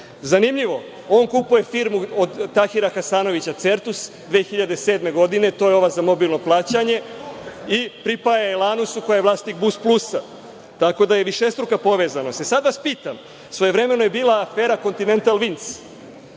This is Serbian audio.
Šarića. Zanimljivo, on kupuje firmu od Tahira Hasanovića „Certus“ 2007. godine, to je ova za mobilno plaćanje, i pripaja je „Lanusu“, koja je vlasnik „Busplusa“, tako da je višestruka povezanost. Sada vas pitam, svojevremeno je bila afera „Kontinental vinc“,